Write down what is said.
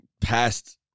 past